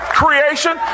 creation